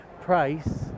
price